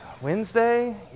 Wednesday